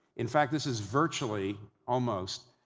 in fact this is virtually, almost,